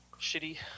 Shitty